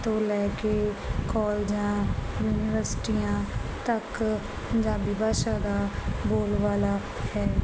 ਤੋ ਲੈ ਕੇ ਕਾਲਜਾ ਯੂਨੀਵਰਸਿਟੀਆਂ ਤੱਕ ਪੰਜਾਬੀ ਭਾਸ਼ਾ ਦਾ ਬੋਲਬਾਲਾ ਹੈ